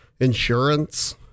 insurance